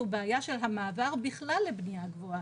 הוא בעיה של המעבר בכלל לבנייה גבוהה.